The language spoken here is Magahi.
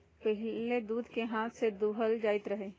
पहिले दूध के हाथ से दूहल जाइत रहै